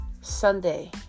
Sunday